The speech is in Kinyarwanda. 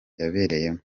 yabereyemo